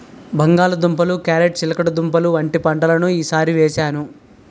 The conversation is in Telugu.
బంగాళ దుంపలు, క్యారేట్ చిలకడదుంపలు వంటి పంటలను ఈ సారి వేసాను